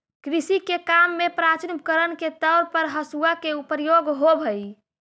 कृषि के काम में प्राचीन उपकरण के तौर पर हँसुआ के प्रयोग होवऽ हई